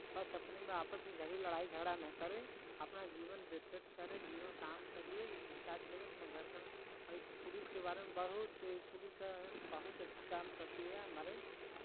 पक्ष अपने में आपस में लड़ाई झगड़ा ना करें अपना जीवन व्यतीत करें जीवन काम करिये विकास करे अपना घर का इस पुलिस के बारे में बहुत इस पुलिस का है बहुत अच्छे काम करती है हमारे